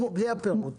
בלי הפירוט,